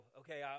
okay